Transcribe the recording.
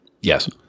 Yes